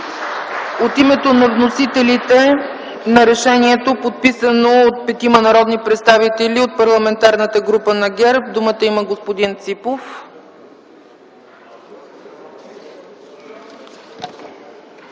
От името на вносителите на решението, подписано от петима народни представители от Парламентарната група на ГЕРБ, думата има господин Ципов.